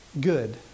good